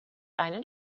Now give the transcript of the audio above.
einen